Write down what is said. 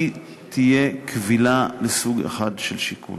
כי תהיה כבילה לסוג אחד של שיקול.